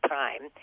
time